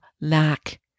lack